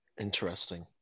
Interesting